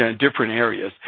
ah different areas.